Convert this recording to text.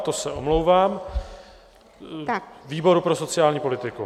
To se omlouvám, výboru pro sociální politiku.